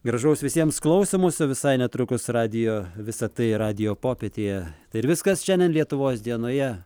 gražaus visiems klausymosi visai netrukus radijo visa tai radijo popietėje tai ir viskas šiandien lietuvos dienoje